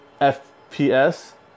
FPS